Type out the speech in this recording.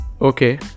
Okay